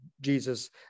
Jesus